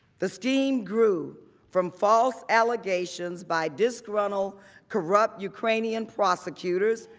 the scheme grew from false allegations by disgruntled corrupt ukrainian prosecutors,